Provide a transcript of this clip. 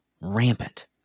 rampant